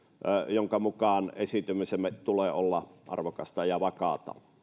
jonka mukaan esiintymisemme tulee olla arvokasta ja vakaata